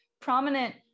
prominent